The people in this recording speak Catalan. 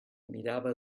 mirava